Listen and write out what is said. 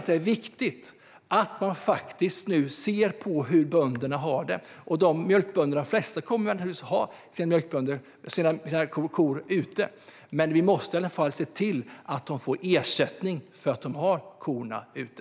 Det är viktigt att man ser på hur bönderna har det. De flesta mjölkbönder kommer naturligtvis att ha sina kor ute, men vi måste se till att bönderna får ersättning för att de har korna ute.